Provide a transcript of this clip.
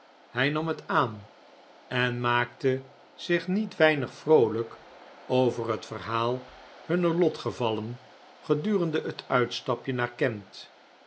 hij nam het aan en dickens josef grimaldu jozep grimaldi maakte zich niet weinig vroolijk over het verhaal hunner lotgevallen gedurende het uitstapje naar kent